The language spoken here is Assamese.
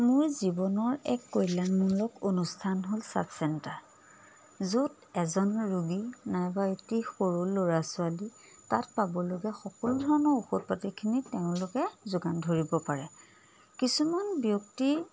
মোৰ জীৱনৰ এক কল্যাণমূলক অনুষ্ঠান হ'ল চফ চেণ্টাৰ য'ত এজন ৰোগী নাইবা এটি সৰু ল'ৰা ছোৱালী তাত পাবলগীয়া সকলো ধৰণৰ ঔষধ পাতিখিনি তেওঁলোকে যোগান ধৰিব পাৰে কিছুমান ব্যক্তি